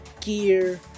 gear